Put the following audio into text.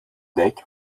dek